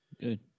Good